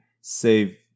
save